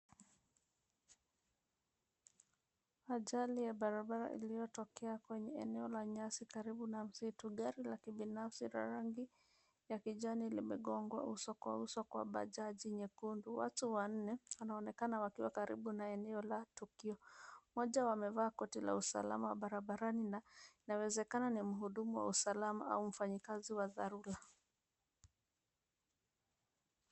Ajali ya barabara iliyotokea kwenye eneo la nyasi karibu na msitu. Gari la kibinafsi la rangi ya kijini limegonjwa uso kwa uso kwa bajaji nyekundu. Watu wanne wanaonekana kua karibu na eneo la tukio. Mmoja wao amevaa koti la usalama barabarani, na inawezekani ni mhudumu wa usalama au mfanyakazi wa dharura.